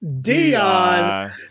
Dion